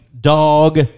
dog